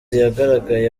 yagaragaye